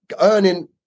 earning